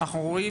אנחנו רואים